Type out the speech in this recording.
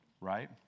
right